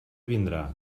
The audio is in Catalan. vindrà